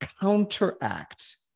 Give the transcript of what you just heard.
counteract